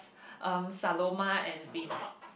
um Saloma and Vinod